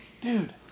Dude